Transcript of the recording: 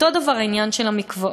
אותו דבר עם העניין של המקוואות.